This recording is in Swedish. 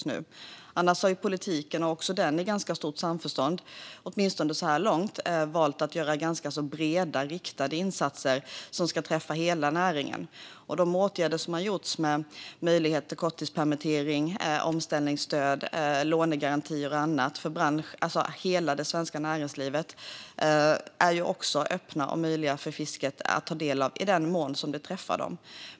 Annars har man inom politiken, i stort samförstånd så här långt, valt att göra breda riktade insatser som ska träffa hela näringen. De åtgärder som har vidtagits med möjlighet till korttidspermittering, omställningsstöd, lånegarantier och så vidare för hela det svenska näringslivet är också öppna och möjliga för fisket att ta del av - i den mån de träffar dem.